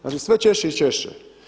Znači sve češće i češće.